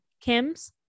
kim's